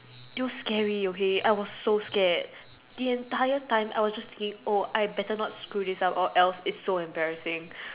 it was scary okay I was so scared the entire time I was thinking I better not screw this up or else it's so embarrassing